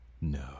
No